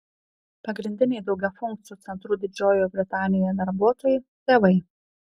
pagrindiniai daugiafunkcių centrų didžiojoje britanijoje darbuotojai tėvai